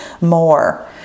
more